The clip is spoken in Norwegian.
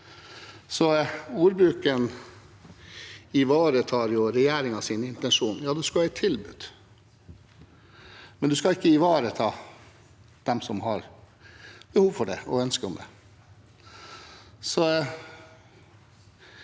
Ordbruken ivaretar regjeringens intensjon. Ja, man skal ha et tilbud, men man skal ikke ivareta dem som har behov for det, og ønske om det.